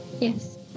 Yes